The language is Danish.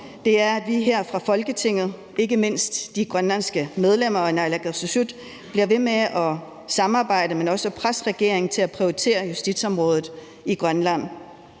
på, er, at vi her fra Folketinget og ikke mindst de grønlandske medlemmer og naalakkersuisut bliver ved med at samarbejde, men også at presse regeringen til at prioritere justitsområdet i Grønland.